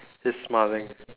he's smiling